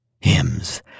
Hymns